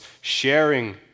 sharing